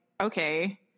okay